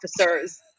officers